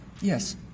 Yes